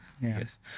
yes